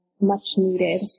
much-needed